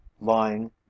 lying